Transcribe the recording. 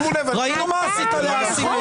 ראינו מה עשית לאסי מסינג.